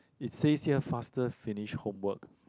it says here faster finish homework